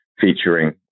featuring